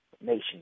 nation